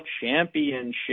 Championship